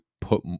put